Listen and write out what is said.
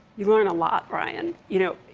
you learn a lot, brian. you know,